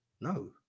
No